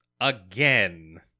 Again